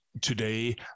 today